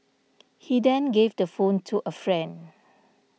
he then gave the phone to a friend